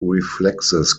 reflexes